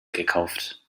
gekauft